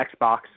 Xbox